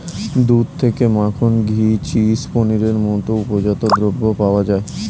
দুধ থেকে মাখন, ঘি, চিজ, পনিরের মতো উপজাত দ্রব্য পাওয়া যায়